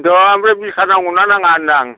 एनथ' ओमफ्राय बिखा नांगौ ना नाङा होनदां